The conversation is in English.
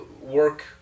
work